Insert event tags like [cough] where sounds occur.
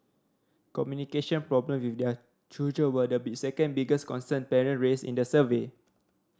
communication problem with their children were the [unintelligible] second biggest concern parent raised in the survey